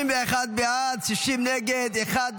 31 בעד, 60 נגד, אחד נוכח.